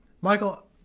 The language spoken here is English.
Michael